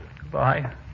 Goodbye